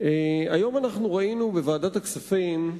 היום אנחנו ראינו בוועדת הכספים,